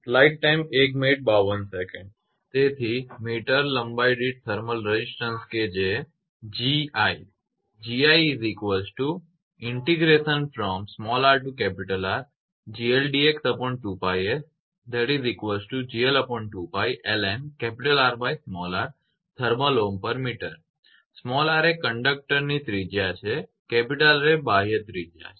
તેથી મીટર લંબાઈ દીઠ થર્મલ રેઝિસ્ટન્સ કે જે 𝐺𝑖 r એ કંડકટર વાહક ત્રિજ્યા છે R એ બાહ્ય ત્રિજ્યા છે